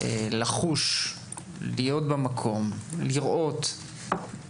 לחוש, להיות במקום, לראות.